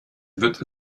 wird